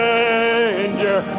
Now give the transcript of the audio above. danger